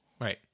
Right